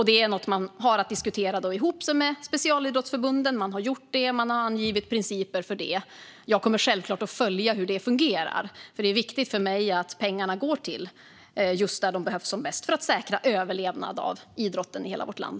Detta får man diskutera ihop sig om med specialidrottsförbunden. Man har gjort det och angivit principer för detta. Jag kommer självklart att följa hur detta fungerar, för det är viktigt för mig att pengarna går dit där de behövs som bäst för att säkra överlevnad för idrotten i hela vårt land.